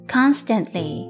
constantly